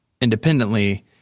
independently